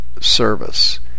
service